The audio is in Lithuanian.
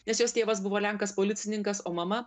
nes jos tėvas buvo lenkas policininkas o mama